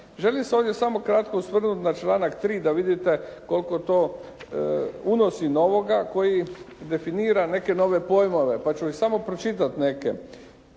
Želim se ovdje samo kratko osvrnuti na članak 3. da vidite koliko to unosi novoga, koji definira neke nove pojmove, pa ću ih samo pročitati neke.